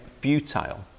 futile